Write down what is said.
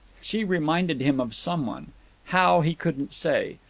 she reminded him of some one how, he couldn't say.